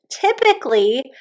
Typically